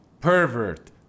pervert